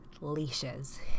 leashes